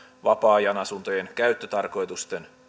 vapaa ajanasuntojen käyttötarkoituksen